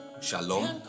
Shalom